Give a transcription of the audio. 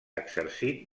exercit